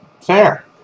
Fair